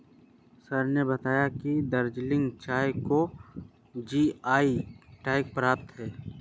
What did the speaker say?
sir ने बताया कि दार्जिलिंग चाय को जी.आई टैग प्राप्त है